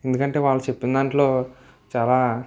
ఎందుకంటే వాళ్ళు చెప్పిన దాంట్లో చాలా